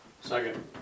Second